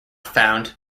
found